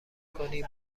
کنی